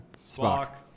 Spock